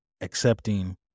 accepting